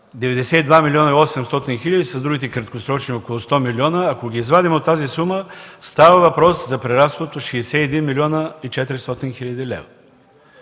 92 милиона и 800 хиляди с другите краткосрочни – около 100 милиона, ако ги извадим от тази сума, става въпрос за преразход от 61 млн. 400 хил. лв.